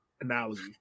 analogy